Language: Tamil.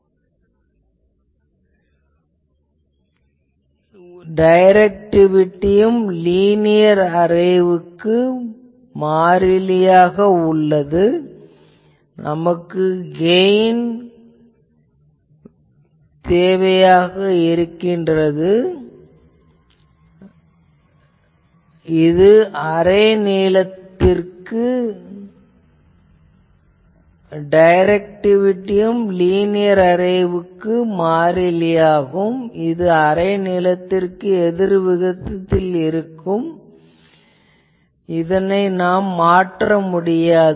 மேலும் நமக்கு கெயின் வேண்டும் டைரக்டிவிட்டியும் லினியர் அரேவுக்கு மாறிலி இது அரே நீளத்திற்கு எதிர்விகிதத்தில் இருக்கும் இதனை மாற்ற முடியாது